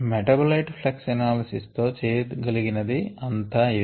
metabolite flux analysis తో చేయ గలిగినది అంతా ఇది